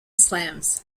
slams